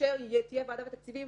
כאשר תהיה ועדה ותקציבים,